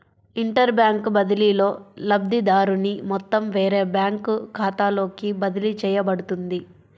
inter bank బదిలీలో, లబ్ధిదారుని మొత్తం వేరే బ్యాంకు ఖాతాలోకి బదిలీ చేయబడుతుంది